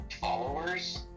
followers